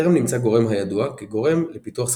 טרם נמצא גורם הידוע כגורם לפיתוח סכיזופרניה.